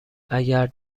اگر